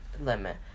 limit